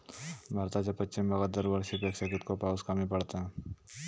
भारताच्या पश्चिम भागात दरवर्षी पेक्षा कीतको पाऊस कमी पडता?